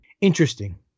Interesting